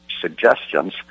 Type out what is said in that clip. suggestions